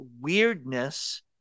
weirdness